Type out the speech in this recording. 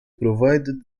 provided